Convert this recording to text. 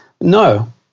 no